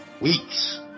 weeks